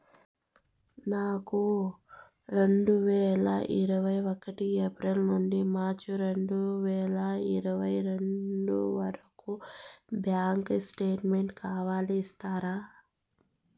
నాకు రెండు వేల ఇరవై ఒకటి ఏప్రిల్ నుండి మార్చ్ రెండు వేల ఇరవై రెండు వరకు బ్యాంకు స్టేట్మెంట్ కావాలి ఇస్తారా